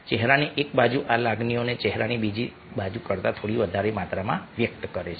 ચહેરાની એક બાજુ આ લાગણીઓને ચહેરાની બીજી બાજુ કરતાં થોડી વધારે માત્રામાં વ્યક્ત કરે છે